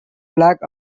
black